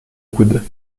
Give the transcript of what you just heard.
coude